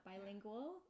bilingual